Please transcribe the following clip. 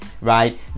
right